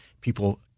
people